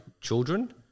children